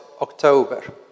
October